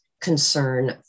concern